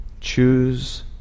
Choose